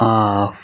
of